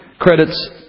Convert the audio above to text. Credits